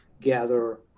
gather